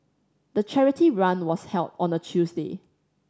the charity run was held on a Tuesday